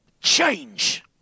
change